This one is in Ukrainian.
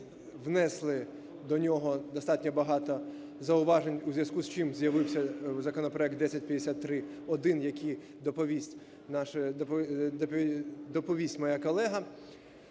внесли до нього достатньо багато зауважень, у зв'язку з чим з'явився законопроект 1053-1, який доповість наша…